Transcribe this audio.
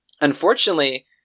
Unfortunately